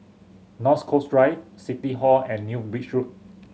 North Coast Drive City Hall and New Bridge Road